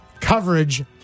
coverage